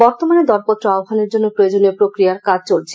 বর্তমানে দরপত্র আহ্নানের জন্য প্রয়োজনীয় প্রক্রিয়ার কাজ চলছে